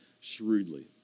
shrewdly